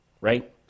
right